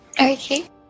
Okay